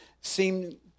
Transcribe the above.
seem